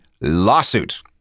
lawsuit